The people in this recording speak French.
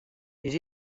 les